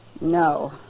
No